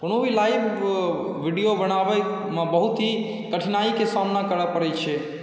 कोनो भी live video बनाबय मऽ बहुत ही कठिनाईक सामना करय परय छै